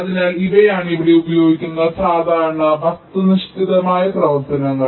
അതിനാൽ ഇവയാണ് ഇവിടെ ഉപയോഗിക്കുന്ന സാധാരണ വസ്തുനിഷ്ഠമായ പ്രവർത്തനങ്ങൾ